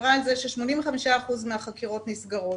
דיברה על זה ש-85% מהחקירות נסגרות.